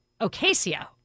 Ocasio